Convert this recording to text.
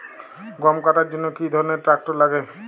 গম কাটার জন্য কি ধরনের ট্রাক্টার লাগে?